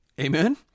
Amen